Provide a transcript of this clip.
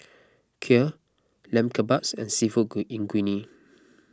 Kheer Lamb Kebabs and Seafood Linguine